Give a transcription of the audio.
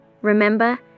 Remember